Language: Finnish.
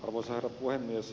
arvoisa herra puhemies